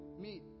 meet